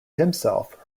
himself